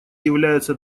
является